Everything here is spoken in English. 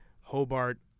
hobart